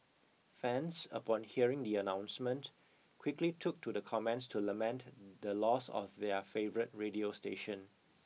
fans upon hearing the announcement quickly took to the comments to lament the loss of their favourite radio station